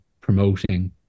promoting